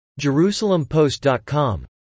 JerusalemPost.com